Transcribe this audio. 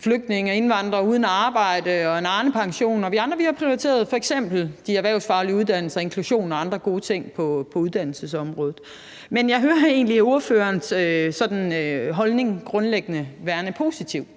flygtninge og indvandrere uden arbejde og lave en Arnepension. Vi andre har prioriteret f.eks. de erhvervsfaglige uddannelser, inklusion og andre gode ting på uddannelsesområdet. Men jeg hører egentlig grundlæggende ordførerens holdning som værende positiv.